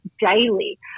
daily